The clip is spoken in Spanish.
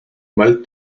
mal